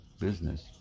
business